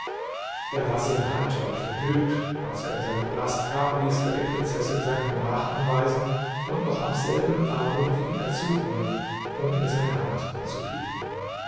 er war sehr heiter und vergnügt als er in seinen palast kam ließ er der prinzessin sein gemach anweisen und noch am selben abend ging er zu ihr um ihr seine hand anzubieten